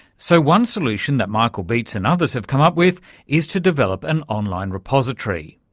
so, one solution that michael beetz and others have come up with is to develop an online repository,